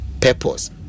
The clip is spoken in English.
purpose